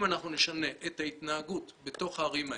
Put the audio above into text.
אם נשנה את ההתנהגות בתוך הערים האלה,